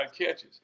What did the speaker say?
catches